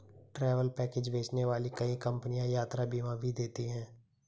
travel package बेचने वाली कई कंपनियां यात्रा बीमा भी देती हैं